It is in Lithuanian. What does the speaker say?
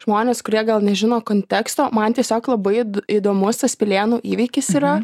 žmonės kurie gal nežino konteksto man tiesiog labai įdomus tas pilėnų įvykis yra